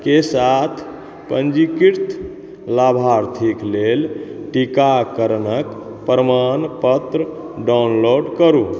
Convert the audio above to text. के साथ पञ्जीकृत लाभार्थिक लेल टीककरणके प्रमाणपत्र डाउनलोड करू